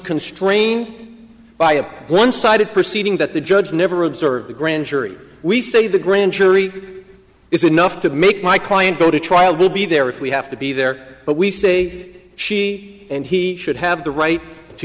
constrained by a one sided proceeding that the judge never observe the grand jury we say the grand jury is enough to make my client go to trial we'll be there if we have to be there but we say she and he should have the right to